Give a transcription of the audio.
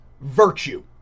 virtue